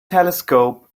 telescope